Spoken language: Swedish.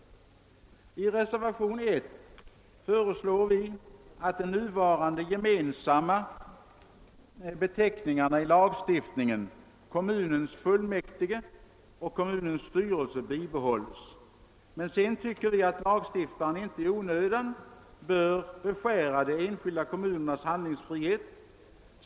I reservationen nr 1 föreslår vi att de nuvarande gemensamma beteckningarna i lagstiftningen: >kommunens fullmäktige> och >kommunens styrelse» bibehålls. Men sedan tycker vi att lagstiftaren inte i onödan bör beskära de enskilda kommunernas handlingsfrihet.